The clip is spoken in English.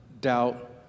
doubt